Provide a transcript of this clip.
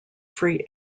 free